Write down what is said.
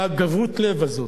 הגבהות לב הזאת,